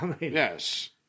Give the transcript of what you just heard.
Yes